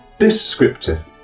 Descriptive –